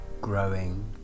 growing